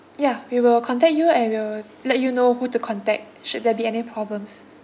ya we will contact you and we will let you know who to contact should there be any problems